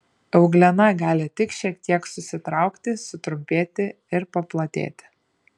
euglena gali tik šiek tiek susitraukti sutrumpėti ir paplatėti